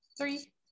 Three